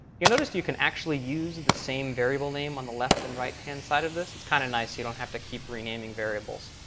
you noticed you can actually use the same variable name on the left and right hand side of this? it's kind of nice, so you don't have to keep renaming variables.